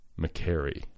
McCary